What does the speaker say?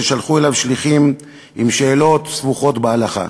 ושלחו אליו שליחים עם שאלות סבוכות בהלכה.